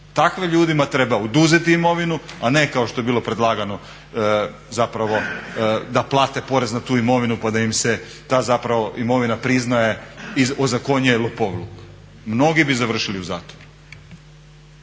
Takvim ljudima treba oduzeti imovinu, a ne kao što je bilo predlagano zapravo da plate porez na tu imovinu pa da im se ta zapravo imovina priznaje i ozakonjuje lopovluk. Mnogi bi završili u zatvoru.